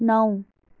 नौ